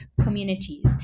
communities